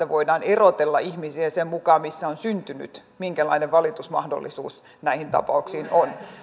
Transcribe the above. voidaan erotella ihmisiä sen mukaan missä on syntynyt siinä minkälainen valitusmahdollisuus näissä tapauksissa on